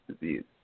disease